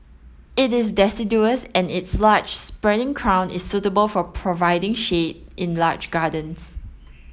it is deciduous and its large spreading crown is suitable for providing shade in large gardens